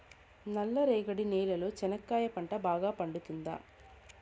నల్ల రేగడి నేలలో చెనక్కాయ పంట బాగా పండుతుందా?